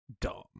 dumb